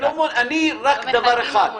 רק דבר אחד,